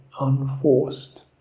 unforced